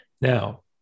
Now